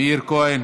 מאיר כהן,